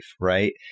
right